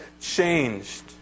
changed